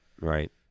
Right